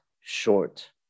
short